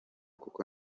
kuko